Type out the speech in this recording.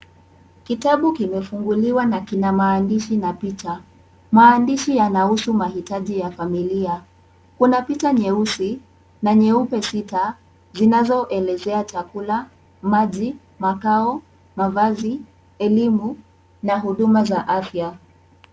Kitabu kimefunguliwa na kina maandishi na picha. Maandishi yanahusu mahitaji ya familia. Kuna picha nyeusi na nyeupe sita zinazoelezea chakula, maji, makao, mavazi, elimu na huduma za afya.